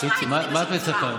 טוב, מה את מצפה?